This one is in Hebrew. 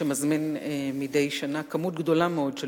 שמזמין מדי שנה כמות גדולה מאוד של